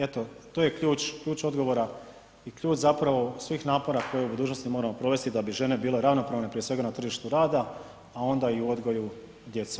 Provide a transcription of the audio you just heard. Eto, to je ključ, ključ odgovora i ključ zapravo svih napora koje u budućnosti moramo provesti da bi žene bile ravnopravne, prije svega na tržištu rada, a onda i u odgoju djece.